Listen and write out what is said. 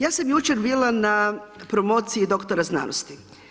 Ja sam jučer bila na promociji doktora znanosti.